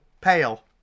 pale